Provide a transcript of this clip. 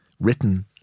written